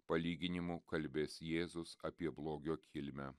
palyginimu kalbės jėzus apie blogio kilmę